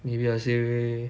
maybe I say